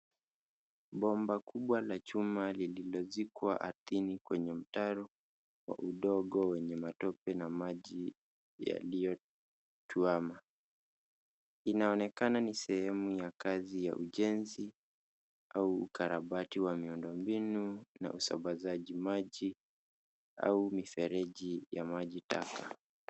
Bomba kubwa la chuma lililozikwa ardhini kwenye mtaro wa udongo wenye matope na maji yaliyochuana. Inaonekana ni sehemu ya kazi ya ujenzi au ukarabati wa miundo mbinu ya usambazaji maji au mifereji ya maji taka.